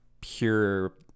pure